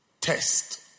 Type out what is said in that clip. test